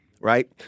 right